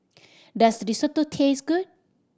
does Risotto taste good